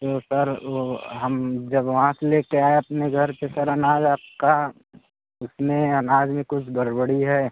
तो सर वो हम जब वहाँ से ले कर आए अपने घर पर सर अनाज आपका उसमें अनाज में कुछ गड़बड़ी है